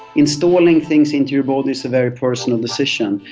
installing things into your body is a very personal decision,